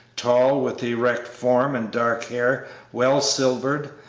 tall, with erect form and dark hair well silvered,